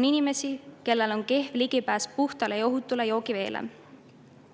on inimesi, kellel on kehv ligipääs puhtale ja ohutule joogiveele.